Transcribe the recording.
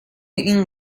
این